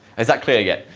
is that clear yet?